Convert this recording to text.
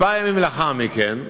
כמה ימים לאחר מכן,